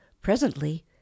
Presently